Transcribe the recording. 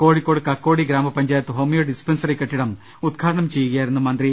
കോഴിക്കോട് കക്കോടി ഗ്രാമപഞ്ചാ യത്ത് homeo dispensary കെട്ടിടം ഉദ്ഘാടനം ചെയ്യുകയായിരുന്നു മന്ത്രി